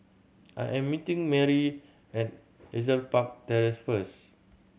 I am meeting Merri at Hazel Park Terrace first